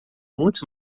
muitos